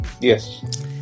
Yes